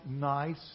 nice